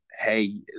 hey